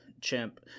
chimp